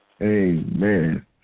Amen